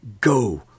Go